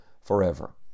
forever